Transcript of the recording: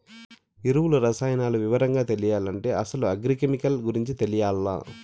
ఎరువులు, రసాయనాలు వివరంగా తెలియాలంటే అసలు అగ్రి కెమికల్ గురించి తెలియాల్ల